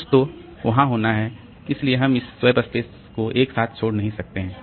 कुछ तो जो वहाँ होना है इसलिए हम इस स्वैप स्पेस को एक साथ छोड़ नहीं सकते हैं